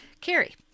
carrie